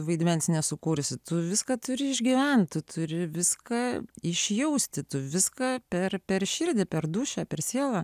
vaidmens nesukursi tu viską turi išgyventi turi viską išjausti tu viską per per širdį per dūšią per sielą